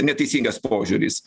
neteisingas požiūris